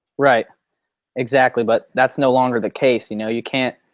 right exactly but that's no longer the case. you know, you can't.